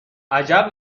عجب